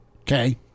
Okay